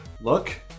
Look